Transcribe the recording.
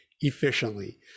efficiently